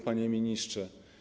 Panie Ministrze!